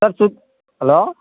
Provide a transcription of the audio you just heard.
sir சுத் hello